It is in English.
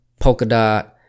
Polkadot